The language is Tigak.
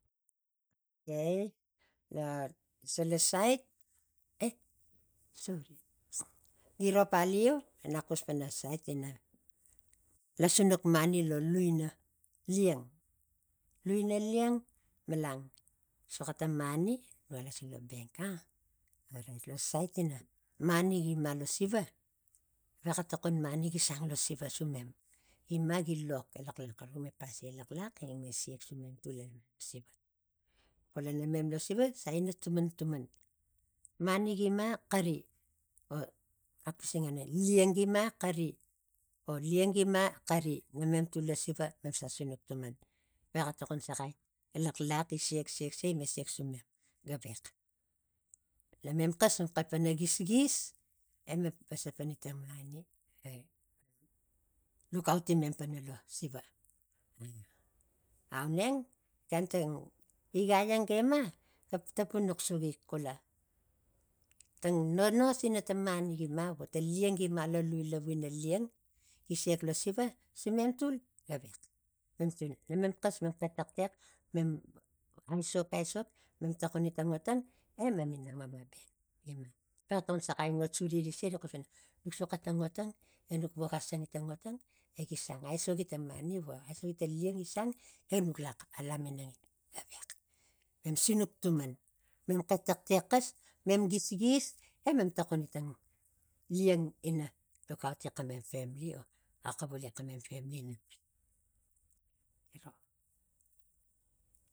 Okei lo disaia sait e sori, giro paliu nak xus pana sait ina lasinuk mani lo lui ina liang lui ina liang malan soxa ta mari nuga lasinuk lo benk ah ariat lo sait ina mani gi malo siva givexa tokon mani gi sang lo siva sumem gima gi lok eiaxlax xara me pasi elaxlax egi siak sumem tui elleman lo siva xula namem lo siva sa ina tuman tuman mani gi ima xari o nak pisangen tang pana liang gi ma xari liang gima xari namem tul lo giva memsa sinuk tuman vexa tokon saxai elaxlax gi siak siak siak ima saik sumem gavex namem xas mem xalapa ngma gisgisemem pasa pari tang mani e mem lukauti mem pana lo siva a auneng gan tang igai ang ga ima ga tapunuk sugig xula tang nonos ina tang mani gima o ta liary gima lo ta liu lavu ina liang gi siak lo siva sumem tui gavex nomem xas mem xe taxtex mem aisok aisok mem tokoni tang tang emem inang mema benk vexa tokon sakai ot suri rik siakrik xus ina muk suxa tang otang enuk vokasa hgi tang otang egi sang aisoki tang mani vo aisoki tang liang gi sang e nuk lax a laminang avex mem sinuk tuman mem xe taxtex xas mem gisgis emem taxuni ta liang ina lukauti xamem gamli o au uvuli xamem gemli ina ngan giro